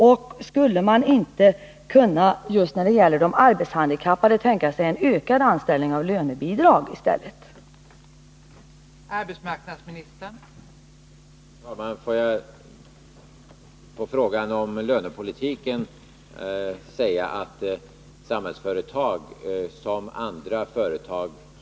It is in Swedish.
Och skulle man inte när det gäller de arbetshandikappade i stället kunna tänka sig en ökning av antalet anställda med lönebidrag?